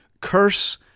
curse